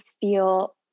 feel